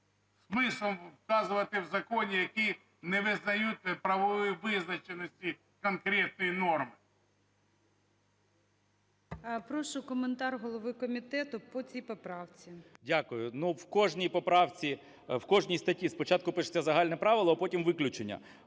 смислом вказувати в законі, які не визнають правової визначеності конкретної норми.